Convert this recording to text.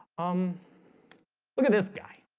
um look at this guy